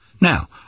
Now